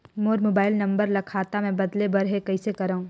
मोर mobile number ल खाता मे बदले बर हे कइसे करव?